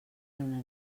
una